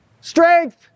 Strength